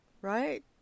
right